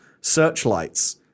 searchlights